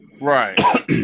right